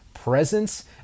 presence